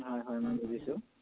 হয় হয় মই বুজিছোঁ